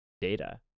data